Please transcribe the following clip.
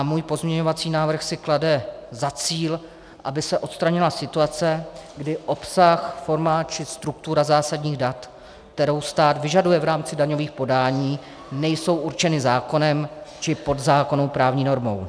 Můj pozměňovací návrh si klade za cíl, aby se odstranila situace, kdy obsah, forma či struktura zásadních dat, kterou stát vyžaduje v rámci daňových podání, nejsou určeny zákonem či podzákonnou právní normou.